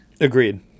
Agreed